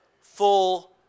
full